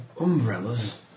umbrellas